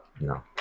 no